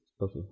Okay